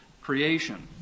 creation